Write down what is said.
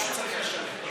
מישהו צריך לשלם.